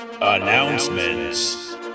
Announcements